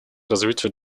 развитию